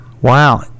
Wow